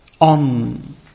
on